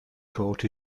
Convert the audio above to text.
court